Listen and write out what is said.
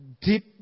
deep